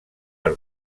per